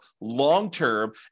long-term